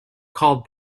called